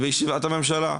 בישיבת הממשלה.